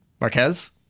Marquez